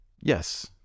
Yes